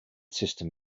system